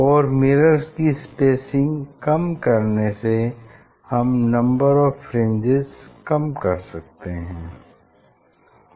और मिरर्स की स्पेसिंग कम करने से हम नम्बर ऑफ़ फ्रिंजेस कम कर सकते हैं